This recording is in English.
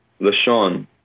Lashon